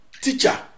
teacher